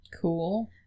Cool